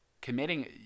committing